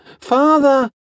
father